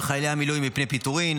על חיילי המילואים מפני פיטורים,